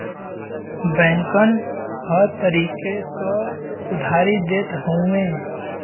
बैंकन हर तरीके क उधारी देत हउए